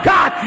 God